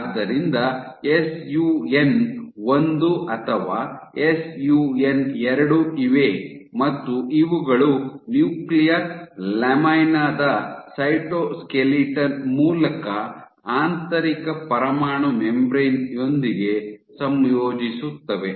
ಆದ್ದರಿಂದ ಎಸ್ಯುಎನ್ ಒಂದು ಅಥವಾ ಎಸ್ಯುಎನ್ ಎರಡು ಇವೆ ಮತ್ತು ಇವುಗಳು ನ್ಯೂಕ್ಲಿಯರ್ ಲ್ಯಾಮಿನಾ ದ ಸೈಟೋಸ್ಕೆಲಿಟನ್ ಮೂಲಕ ಆಂತರಿಕ ಪರಮಾಣು ಮೆಂಬರೇನ್ ಯೊಂದಿಗೆ ಸಂಯೋಜಿಸುತ್ತವೆ